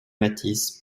mathis